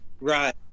Right